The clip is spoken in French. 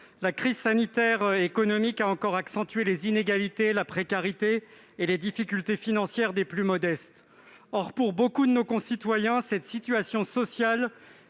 La crise sanitaire et économique a encore accentué les inégalités, la précarité et les difficultés financières des plus modestes. Or, pour beaucoup de nos concitoyens, cette situation sociale